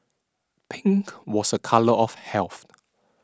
pink was a colour of health